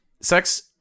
sex